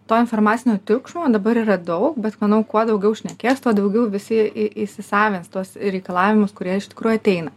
to informacinio triukšmo dabar yra daug bet manau kuo daugiau šnekės tuo daugiau visi įsisavins tuos reikalavimus kurie iš tikrųjų ateina